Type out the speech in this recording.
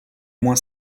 moins